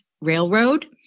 Railroad